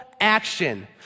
action